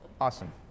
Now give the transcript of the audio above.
Awesome